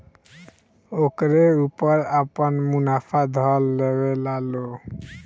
ओकरे ऊपर आपन मुनाफा ध लेवेला लो